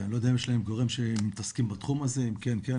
אני לא יודע אם יש להם גורמים שמתעסקים בתחום הזה - אם כן-כן,